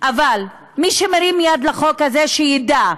מי שמרים יד לחוק הזה, שידע,